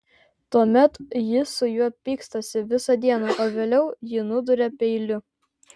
tuomet ji su juo pykstasi visą dieną o vėliau jį nuduria peiliu